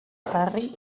harry